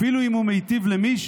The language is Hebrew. אפילו אם הוא מיטיב למישהו,